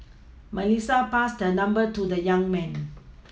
Melissa passed her number to the young man